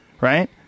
Right